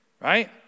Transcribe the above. Right